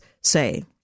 say